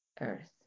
Earth